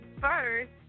first